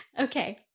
Okay